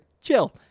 chill